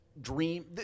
dream